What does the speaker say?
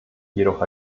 jedoch